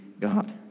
God